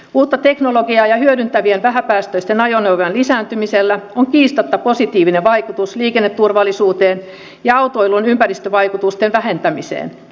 uutta teknologiaa hyödyntävien ja vähäpäästöisten ajoneuvojen lisääntymisellä on kiistatta positiivinen vaikutus liikenneturvallisuuteen ja autoilun ympäristövaikutusten vähentämiseen